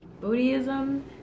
Buddhism